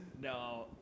No